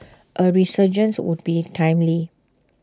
A resurgence would be timely